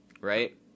right